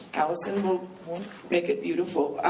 allison will make it beautiful.